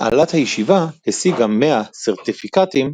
הנהלת הישיבה השיגה 100 סרטיפיקטים,